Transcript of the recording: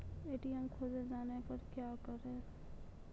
ATM खोजे जाने पर क्या करें?